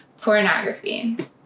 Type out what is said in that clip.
pornography